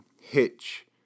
Hitch